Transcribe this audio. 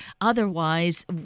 Otherwise